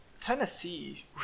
Tennessee